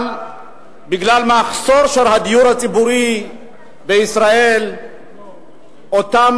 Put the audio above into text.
אבל בגלל מחסור בדיור הציבורי בישראל אותם